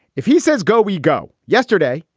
if he says go, we go. yesterday,